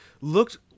looked